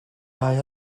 ddau